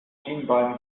schienbein